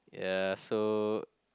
ya so